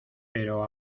pero